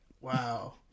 Wow